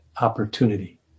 opportunity